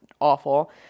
awful